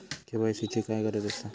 KYC ची काय गरज आसा?